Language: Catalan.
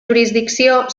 jurisdicció